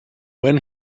when